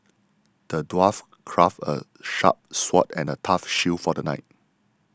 the dwarf crafted a sharp sword and a tough shield for the knight